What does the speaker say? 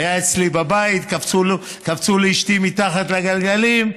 הוא היה אצלי בבית, קפצו לאשתי מתחת לגלגלים.